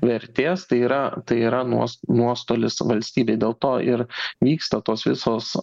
vertės tai yra tai yra nuos nuostolis valstybei dėl to ir vyksta tos visos